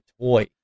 toy